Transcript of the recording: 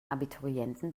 abiturienten